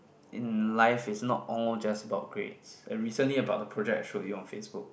in life it's not all just about grades and recently about the project I show you on Facebook